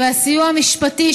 והסיוע המשפטי,